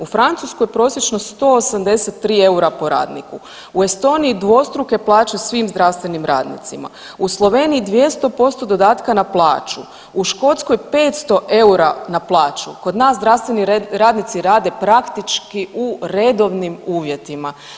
U Francuskoj prosječno 183 EUR-a po radniku, u Estoniji dvostruke plaće svim zdravstvenim radnicima, u Sloveniji 200% dodatka na plaću, u Škotskoj 500 EUR-a na plaću, kod nas zdravstveni radnici rade praktički u redovnim uvjetima.